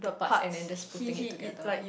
the part and then just putting it together